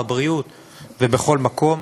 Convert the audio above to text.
בבריאות ובכל מקום,